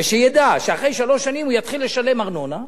ושידע שאחרי שלוש שנים הוא יתחיל לשלם ארנונה,